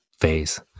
phase